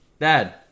Dad